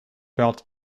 belt